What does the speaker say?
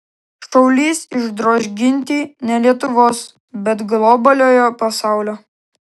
šaulys išdroš ginti ne lietuvos bet globaliojo pasaulio